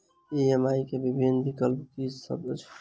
EMI केँ विभिन्न विकल्प की सब अछि